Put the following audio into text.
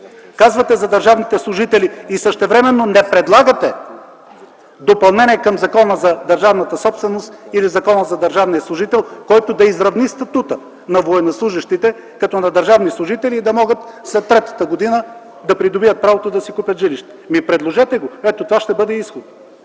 Казвате за държавните служители и същевременно не предлагате допълнение към Закона за държавната собственост или Закона за държавния служител, който да изравни статута на военнослужещите с този на държавните служители, да могат след третата година да придобият правото да си купят жилище. Ами предложете, това ще бъде изход!